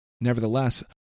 Nevertheless